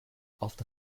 after